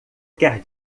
quer